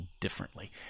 differently